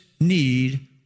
Need